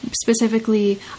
specifically